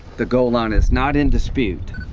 the goal line is not in dispute.